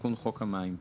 תיקון חוק מים.